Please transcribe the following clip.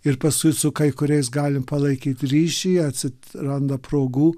ir paskui su kai kuriais galim palaikyt ryšį atsiranda progų